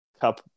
cup